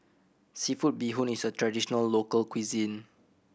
seafood bee hoon is a traditional local cuisine